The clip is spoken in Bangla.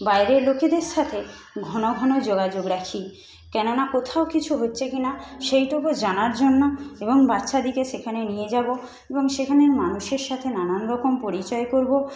বাইরের লোকেদের সাথে ঘন ঘন যোগাযোগ রাখি কেননা কোথাও কিছু হচ্ছে কি না সেইটুকু জানার জন্য এবং বাচ্চাদিগকে সেখানে নিয়ে যাব এবং সেখানে মানুষের সাথে নানানরকম পরিচয় করব